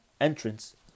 entrance